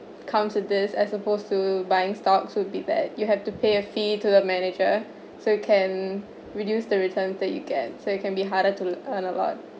comes with this as supposed to buying stocks will be bad you have to pay a fee to the manager so it can reduce the return that you gain so it can be harder to earn a lot